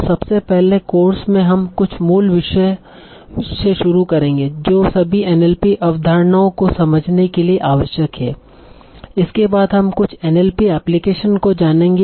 तो सबसे पहले इस कोर्स में हम कुछ मूल विषयों से शुरू करेंगे जो सभी एनएलपी अवधारणाओं को समझने के लिए आवश्यक हैं इसके बाद हम कुछ एनएलपी एप्लीकेशन को जानेंगे